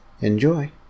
Enjoy